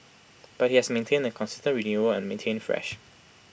but IT has maintained A consistent renewal and remained fresh